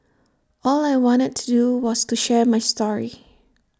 all I wanted to do was to share my story